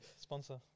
Sponsor